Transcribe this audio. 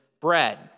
bread